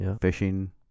fishing